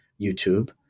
YouTube